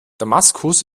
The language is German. damaskus